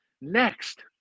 Next